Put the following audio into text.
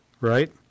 right